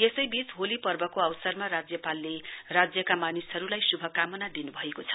यसैवीच होली पर्वको अवसरमा राज्यपालले राज्यका मानिसहरुलाई शुभकामना दिनुभएको छ